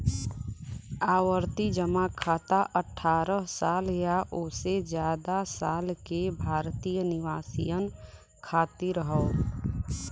आवर्ती जमा खाता अठ्ठारह साल या ओसे जादा साल के भारतीय निवासियन खातिर हौ